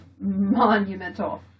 monumental